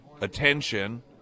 attention